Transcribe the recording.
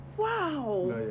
wow